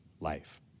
life